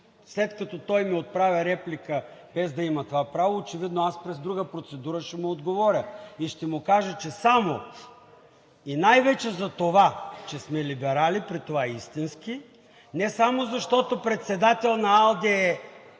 След като той ми отправя реплика, без да има това право, очевидно аз през друга процедура ще му отговоря и ще му кажа, че само и най-вече за това, че сме либерали, при това истински, не само защото председател на АЛДЕ е